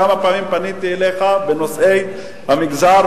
כמה פעמים פניתי אליך בנושאי המגזר,